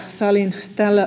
salin